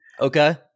Okay